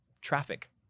Traffic